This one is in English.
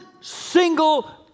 single